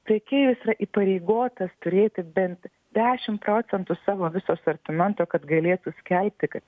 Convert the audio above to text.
prekeivis yra įpareigotas turėti bent dešim procentų savo viso asortimento kad galėtų skelbti kad